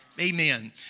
amen